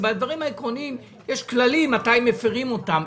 ובדברים העקרוניים יש כללים מתי מפירים אותם,